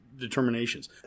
determinations